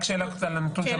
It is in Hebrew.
רק שאלה קטנה, נתון שאמרת קודם.